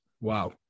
Wow